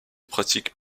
pratique